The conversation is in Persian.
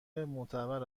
معتبر